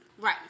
Right